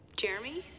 Jeremy